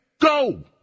Go